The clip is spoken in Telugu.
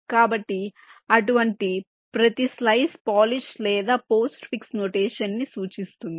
కాబట్టి అటువంటి ప్రతి స్లైస్ పోలిష్ లేదా పోస్ట్ ఫిక్స్ నొటేషన్ ని సూచిస్తుంది